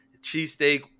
cheesesteak